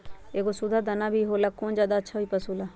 एगो सुधा दाना भी होला कौन ज्यादा अच्छा होई पशु ला?